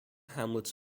hamlets